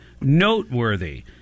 noteworthy